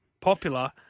popular